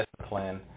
discipline